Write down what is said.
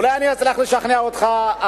אולי אני אצליח לשכנע אותך,